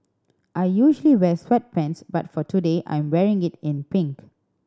I usually wear sweatpants but for today I'm wearing it in pink